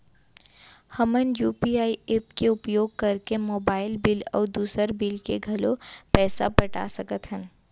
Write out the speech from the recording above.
हमन UPI app के उपयोग करके मोबाइल बिल अऊ दुसर बिल के घलो पैसा पटा सकत हन